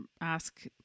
ask